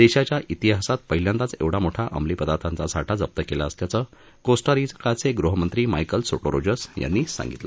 देशाच्या तिहासात पहिल्यांदाच एवढा मोठा अंमली पदार्थांचा साठा जप्त केला असल्याचं कोस्टारिकाचे गृहमंत्री मायकल सोटो रोजस यांनी सांगितलं